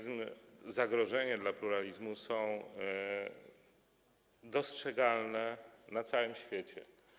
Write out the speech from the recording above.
Zagrożenia dla pluralizmu są dostrzegalne na całym świecie.